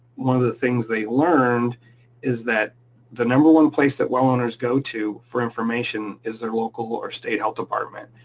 one of the things they learned is that the number one place that well owners go to for information is their local or state health department,